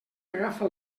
agafa